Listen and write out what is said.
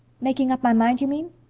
making up my mind, you mean?